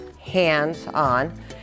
hands-on